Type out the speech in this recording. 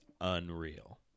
unreal